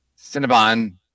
Cinnabon